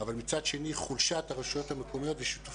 אבל מצד שני חולשת הרשויות המקומיות ושיתוף